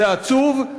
זה עצוב,